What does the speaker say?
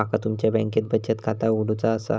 माका तुमच्या बँकेत बचत खाता उघडूचा असा?